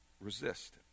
resist